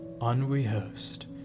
unrehearsed